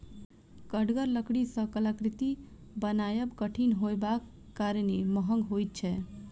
कड़गर लकड़ी सॅ कलाकृति बनायब कठिन होयबाक कारणेँ महग होइत छै